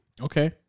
Okay